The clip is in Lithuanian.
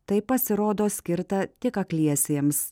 tai pasirodo skirta tik akliesiems